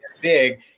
big